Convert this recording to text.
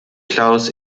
klaus